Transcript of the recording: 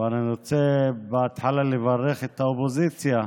אבל אני רוצה בהתחלה לברך את האופוזיציה,